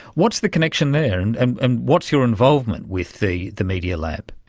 what's the connection there and and and what's your involvement with the the media lab?